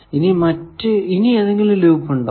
ഇനി ഏതെങ്കിലും ലൂപ്പ് ഉണ്ടോ